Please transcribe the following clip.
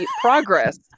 progress